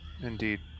indeed